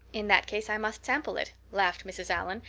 in that case i must sample it, laughed mrs. allan,